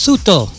Suto